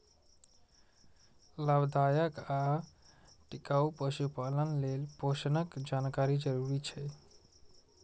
लाभदायक आ टिकाउ पशुपालन लेल पोषणक जानकारी जरूरी छै